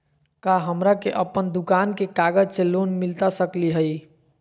का हमरा के अपन दुकान के कागज से लोन मिलता सकली हई?